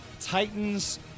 Titans